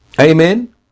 Amen